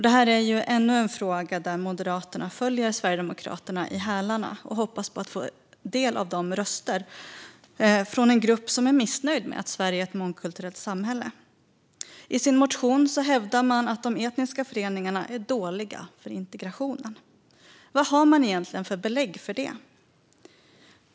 Det här är ännu en fråga där Moderaterna följer Sverigedemokraterna i hälarna och hoppas på att få del av rösterna från en grupp som är missnöjd med att Sverige är ett mångkulturellt samhälle. I sin motion hävdar man att de etniska föreningarna är dåliga för integrationen. Vad har man egentligen för belägg för det?